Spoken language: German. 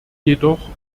jedoch